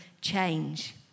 change